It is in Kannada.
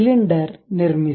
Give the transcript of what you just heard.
ಸಿಲಿಂಡರ್ ನಿರ್ಮಿಸಿ